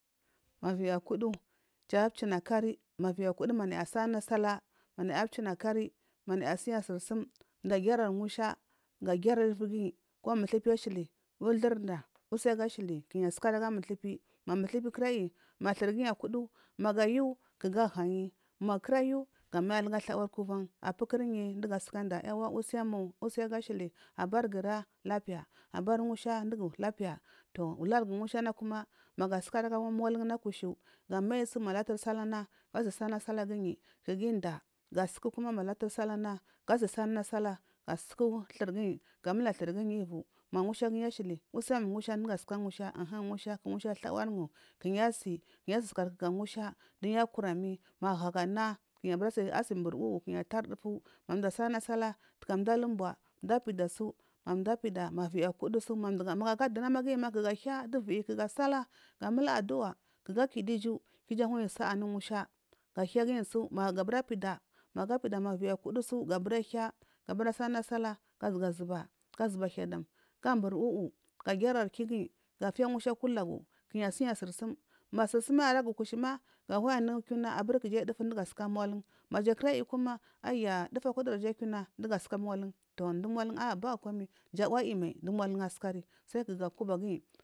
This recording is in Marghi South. Ma viyi akudu kiya china kari maviyi akutu kiya salana sallah manaya achina kari manaya asiya siri sum ga gayari ngusha ga giyari iviri ginyi ko ma muthupi ashili gu uthuri da usi aga shili ga sikari aga muthupi ma muthupi kira ayi magu ayu ga ahayi magu ayu ga mayi arathawar kuvan apukunyi dugu asukanda yauwa usi aga shili bari gura lapiya bari ngusha lapiya. To ulurigu ngusha nakuma mayu asikari aga mulun kushu ga mayi su ma laturi sallahna ga siya sallana sallah gu sukuma thur giyi gu amuda thuru giyi ivu ma ngusha guyi ashili usim ngusha duju asuka ngusha unhum du ngusha ku ngusha athawamgu ku nayi asiyi kunayi asiyi sikari kaka ngusha kunayi akurami ma hagu ana gu asibiri uwu ga tana dufu. Madu asallant sallah taga mdu ali unbu’a undu abida su mandu abida ma viyi konkudu. Maga aga duna giyima ga ahidu du viyi ga sallahaa sallah ga ayi aduwa. Ku iju anayi sala anu ngusha ga hiya giyi su magu abira pida magu apida ma viyi akadu ga sallahna sallah ha zuwa zuba ga umbun uwu ga giyari kigiyi ga afiya ngusha aku layu ma suri sum ayi aragu kusha ma gu awayi unu kuyuna abir kija dufu dugu aska muban maja kirayi kuma aya dufu akuri dufu asuka mulun to du mulun ba komai jau ayi mai du muluh asukari sai ku ga akuba giyi